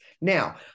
Now